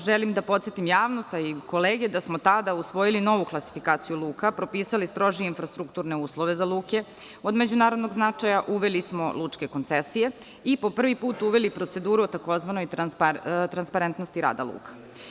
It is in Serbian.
Želim da podsetim javnost, a i kolege da smo tada usvojili novu klasifikaciju luka, propisali strožije infrastrukturne uslove za luke od međunarodnog značaja, uveli smo lučke koncesije i po prvi put uveli proceduru o tzv. transparentnosti rada luka.